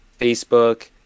Facebook